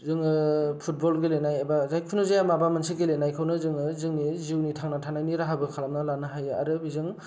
जोङो फुटबल गेलेनाय एबा जायखिजाया मोनसे गेलेनायखौनो जोङो जिउनि थांनानै थानायनि राहाबो खालामना लानो हायो आरो बेजों